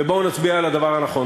ובואו נצביע על הדבר הנכון.